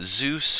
Zeus